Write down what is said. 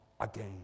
again